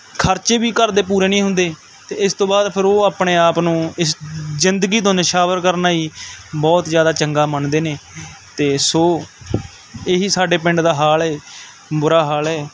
ਖਰਚੇ ਵੀ ਘਰ ਦੇ ਪੂਰੇ ਨਹੀਂ ਹੁੰਦੇ ਅਤੇ ਇਸ ਤੋਂ ਬਾਅਦ ਫਿਰ ਉਹ ਆਪਣੇ ਆਪ ਨੂੰ ਇਸ ਜ਼ਿੰਦਗੀ ਤੋਂ ਨਿਸ਼ਾਵਰ ਕਰਨਾ ਹੀ ਬਹੁਤ ਜ਼ਿਆਦਾ ਚੰਗਾ ਮੰਨਦੇ ਨੇ ਅਤੇ ਸੋ ਇਹ ਹੀ ਸਾਡੇ ਪਿੰਡ ਦਾ ਹਾਲ ਹੈ ਬੁਰਾ ਹਾਲ ਹੈ